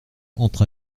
entre